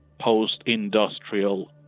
post-industrial